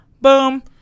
Boom